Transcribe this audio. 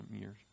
years